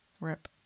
Rip